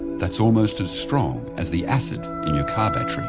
that's almost as strong as the acid in your car battery.